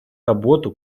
работу